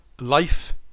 Life